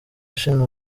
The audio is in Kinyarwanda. ushinzwe